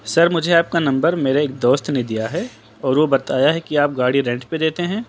سر مجھے آپ کا نمبر میرے ایک دوست نے دیا ہے اور وہ بتایا ہے کہ آپ گاڑی رینٹ پہ دیتے ہیں